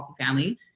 multifamily